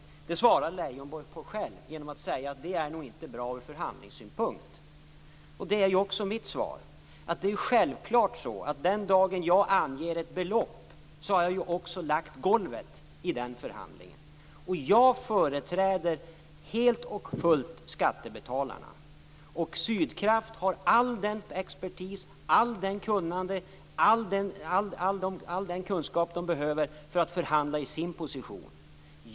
Den frågan svarar Leijonborg på själv genom att säga att det nog inte är bra ur förhandlingssynpunkt. Det är också mitt svar. Den dagen jag anger ett belopp har jag självfallet också lagt golvet i förhandlingen. Jag företräder helt och fullt skattebetalarna. På Sydkraft har man all den expertis och all den kunskap man behöver för att förhandla i sin position.